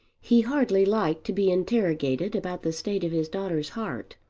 he hardly liked to be interrogated about the state of his daughter's heart,